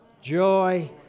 joy